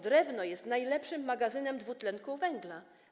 Drewno jest najlepszym magazynem dwutlenku węgla.